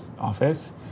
office